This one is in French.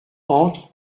entre